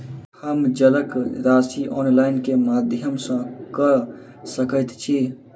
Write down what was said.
हम जलक राशि ऑनलाइन केँ माध्यम सँ कऽ सकैत छी?